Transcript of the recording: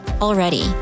already